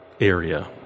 area